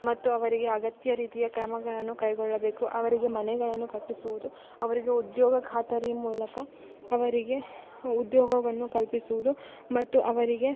ಮತ್ತು ಅವರಿಗೆ ಅಗತ್ಯ ರೀತಿಯ ಕ್ರಮಗಳನ್ನು ಕೈಗೊಳ್ಳಬೇಕು ಅವರಿಗೆ ಮನೆಗಳನ್ನು ಕಟ್ಟಿಸುವುದು ಅವರಿಗೆ ಉದ್ಯೋಗ ಖಾತರಿ ಮೂಲಕ ಅವರಿಗೆ ಉದ್ಯೋಗವನ್ನು ಕಲ್ಪಿಸುವುದು ಮತ್ತು ಅವರಿಗೆ